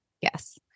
yes